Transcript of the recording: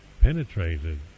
penetrated